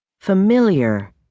Familiar